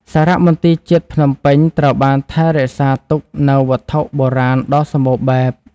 សារមន្ទីរជាតិភ្នំពេញត្រូវបានថែរក្សាទុកនូវវត្ថុបុរាណដ៏សំបូរបែប។